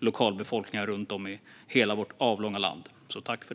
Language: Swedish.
lokalbefolkningar runt om i hela vårt avlånga land. Tack för det!